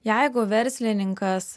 jeigu verslininkas